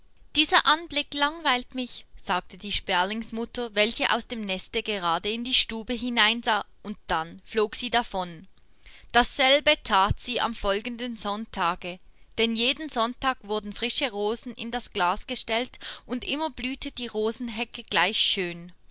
dieser anblick langweilt mich sagte die sperlingsmutter welche aus dem neste gerade in die stube hineinsah und dann flog sie davon dasselbe that sie am folgenden sonntage denn jeden sonntag wurden frische rosen in das glas gestellt und immer blühte die rosenhecke gleich schön